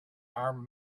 armed